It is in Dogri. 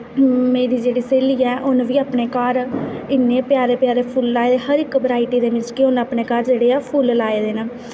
मेरी जेह्ड़ी स्हेली ऐ उ'नैं बी अपने घर इन्ने प्यारे प्यारे फुल्ल लाए दे हर इक बराअटी दे मतलब कि उन्न फुल्ल लाए दे ऐं